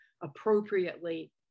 appropriately